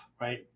right